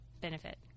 benefit